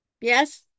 Yes